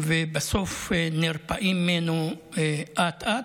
ובסוף נרפאים ממנו אט-אט,